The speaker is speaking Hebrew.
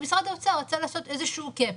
משרד האוצר רצה לעשות איזשהו קאפ.